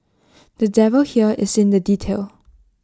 the devil here is in the detail